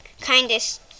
kindest